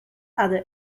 other